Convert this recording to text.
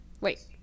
Wait